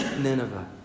Nineveh